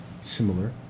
Similar